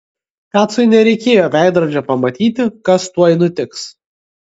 kacui nereikėjo veidrodžio pamatyti kas tuoj nutiks